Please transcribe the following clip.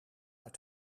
uit